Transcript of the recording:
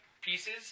pieces